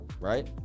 right